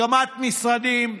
הקמת משרדים,